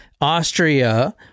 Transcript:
Austria